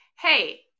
hey